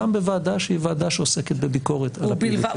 גם בוועדה שהיא ועדה שעוסקת בביקורת על הפעילות שלנו.